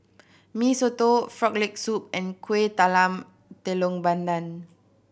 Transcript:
Mee Soto Frog Leg Soup and Kuih Talam Tepong Pandan